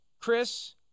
Chris